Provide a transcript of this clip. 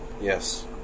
Yes